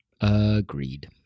Agreed